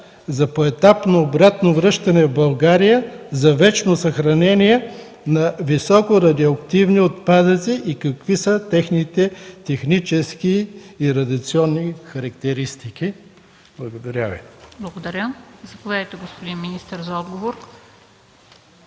за поетапно обратно връщане в България за вечно съхранение на високорадиоактивни отпадъци и какви са техните технически и радиационни характеристики? Благодаря Ви. ПРЕДСЕДАТЕЛ МЕНДА СТОЯНОВА: Благодаря. Заповядайте, господин министър, за отговор.